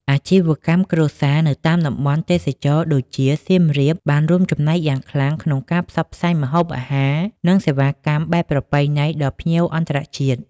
អាជីវកម្មគ្រួសារនៅតាមតំបន់ទេសចរណ៍ដូចជាសៀមរាប បានរួមចំណែកយ៉ាងខ្លាំងក្នុងការផ្សព្វផ្សាយម្ហូបអាហារ និងសេវាកម្មបែបប្រពៃណីដល់ភ្ញៀវអន្តរជាតិ។